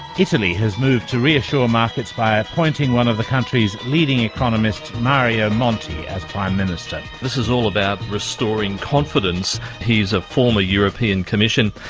italy has moved to reassure markets by appointing one of the country's leading economists, mario monti, as prime minister. this is all about restoring confidence. he's a former european commissioner,